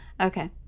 Okay